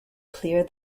clear